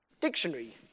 Dictionary